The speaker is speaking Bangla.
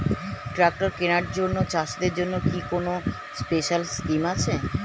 ট্রাক্টর কেনার জন্য চাষিদের জন্য কি কোনো স্পেশাল স্কিম আছে?